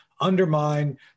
undermine